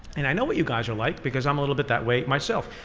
and i know what you guys are like, because i'm a little bit that way myself.